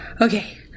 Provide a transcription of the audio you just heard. Okay